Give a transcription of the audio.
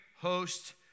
host